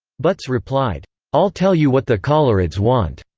butz replied i'll tell you what the coloreds want.